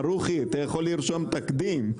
ברוכי, אתה יכול לרשום תקדים.